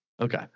Okay